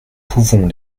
pouvons